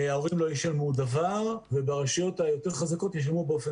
ההורים לא ישלמו דבר וברשויות היותר חזקות ישלמו באופן